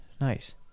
nice